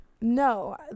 No